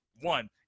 one